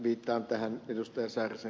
viittaan tähän ed